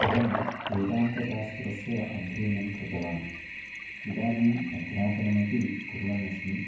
अहं वेदान्तशास्त्रस्य अध्ययनं कृतवान् इदानीम् अध्यापनमपि कुर्वन् अस्मि